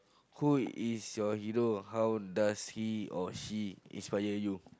who is your hero how does he or she inspire you